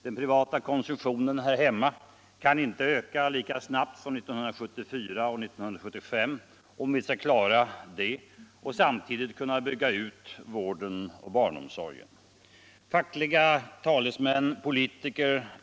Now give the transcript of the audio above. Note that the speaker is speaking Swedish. Den privata konsumtionen här hemma kan inte öka lika snabbt som 1974 och 1975, om vi skall klara det och samtidigt kunna bygga ut vården och barnomsorgen. Fackliga talesmän, politiker.